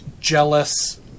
jealous